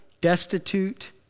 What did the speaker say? destitute